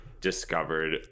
discovered